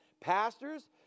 Pastors